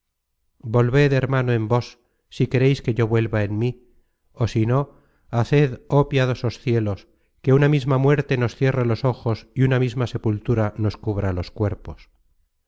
volved hermano en vos si quereis que yo vuelva en mí ó si no haced oh piadosos cielos que una misma muerte nos cierre los ojos y una misma sepultura nos cubra los cuerpos